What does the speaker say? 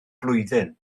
blwyddyn